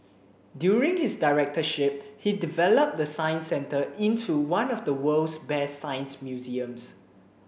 during his directorship he developed the Science Centre into one of the world's best science museums